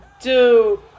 two